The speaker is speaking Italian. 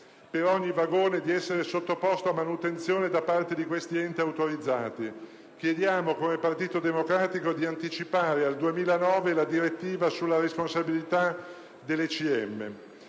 per ogni vagone, di essere sottoposto a manutenzione da parte di questi enti autorizzati; chiediamo come Partito Democratico di anticipare al 2009 la direttiva sulla responsabilità dell'ECM.